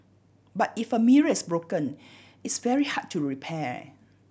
but if a mirror is broken it's very hard to repair